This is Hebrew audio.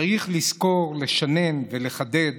צריך לזכור, לשנן ולחדד